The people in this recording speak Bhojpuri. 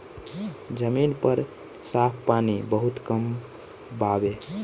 जमीन पर साफ पानी बहुत कम बावे